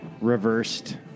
reversed